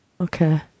Okay